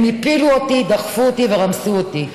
הם הפילו אותי, דחפו אותי ורמסו אותי.